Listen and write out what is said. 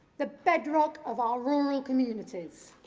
the bedrock of our rural communities.